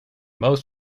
most